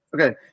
Okay